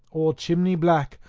or chimney black,